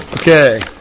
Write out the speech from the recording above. Okay